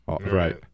Right